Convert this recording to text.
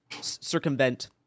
circumvent